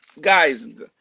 Guys